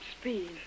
speed